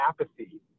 apathy